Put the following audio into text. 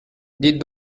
dites